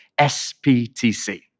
SPTC